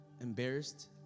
embarrassed